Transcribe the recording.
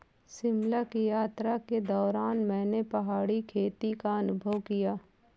शिमला की यात्रा के दौरान मैंने पहाड़ी खेती का अनुभव किया